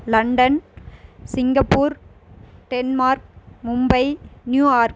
London Singapore Denmark Mumbai New York